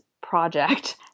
project